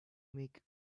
make